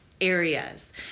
areas